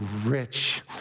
rich